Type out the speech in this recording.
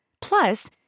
Plus